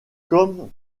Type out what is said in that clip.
comme